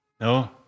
no